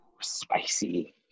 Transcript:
Spicy